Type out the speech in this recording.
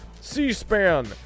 C-SPAN